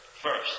first